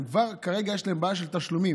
כבר כרגע יש להם בעיה של תשלומים.